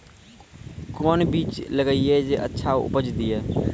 कोंन बीज लगैय जे अच्छा उपज दिये?